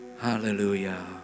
Hallelujah